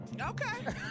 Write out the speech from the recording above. Okay